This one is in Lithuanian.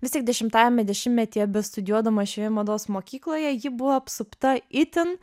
vis tik dešimtajame dešimtmetyje bestudijuodama šioje mados mokykloje ji buvo apsupta itin